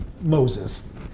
Moses